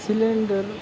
cylinder